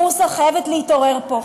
הבורסה חייבת להתעורר פה.